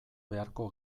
beharko